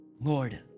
Lord